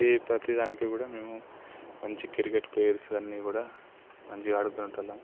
అంటే ప్రతిదానికి కూడా మేము మంచి క్రికెట్ ప్లేయర్స్ అన్ని కూడా మంచిగా ఆడుకునే వాళ్ళము